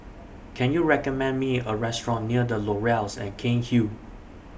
Can YOU recommend Me A Restaurant near The Laurels At Cairnhill